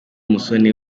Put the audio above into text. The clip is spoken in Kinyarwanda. musoni